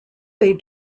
they